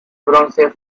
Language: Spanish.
bronce